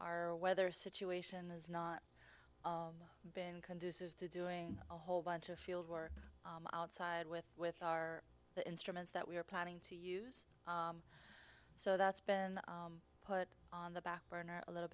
our weather situation has not been conducive to doing a whole bunch of field work outside with with our instruments that we are planning to use so that's been put on the back burner a little